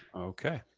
okay.